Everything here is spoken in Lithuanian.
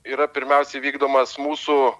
yra pirmiausiai vykdomas mūsų